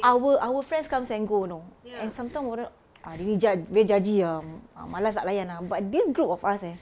our our friends comes and go you know and sometimes orang are very jud~ very judgy ah ah malas nak layan ah but this group of us eh